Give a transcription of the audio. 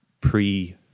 pre